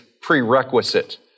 prerequisite